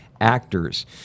actors